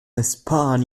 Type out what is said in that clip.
espagne